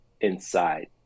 inside